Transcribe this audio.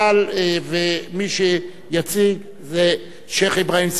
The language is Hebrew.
ומי שיציג זה שיח' אברהים צרצור,